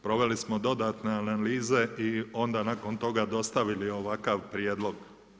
Proveli smo dodatne analize i onda nakon toga dostavili ovakav prijedlog.